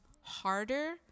harder